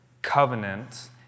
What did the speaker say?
covenant